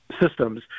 systems